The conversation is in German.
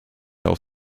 auf